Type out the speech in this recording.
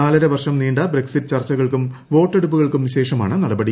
നാലരവർഷം നീണ്ട ബ്രെക്സിറ്റ് ചർച്ചകൾക്കും വോട്ടെടുപ്പുകൾക്കും ശേഷമാണ് നടപടി